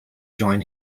join